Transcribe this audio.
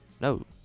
No